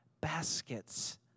baskets